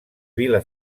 vila